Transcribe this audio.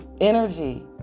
Energy